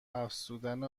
افزودن